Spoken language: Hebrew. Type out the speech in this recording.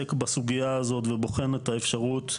עוסק בסוגייה הזאת ובוחן את האפשרות.